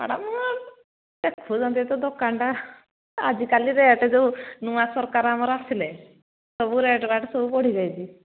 madam ଦେଖୁଛନ୍ତି ତ ଦୋକାନଟା ଆଜିକାଲି ରେଟ୍ ଯୋଉ ନୂଆ ସରକାର ଆମର ଆସିଲେ ସବୁ ରେଟ୍ ରାଟ ସବୁ ବଢ଼ିଯାଇଛି